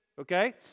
okay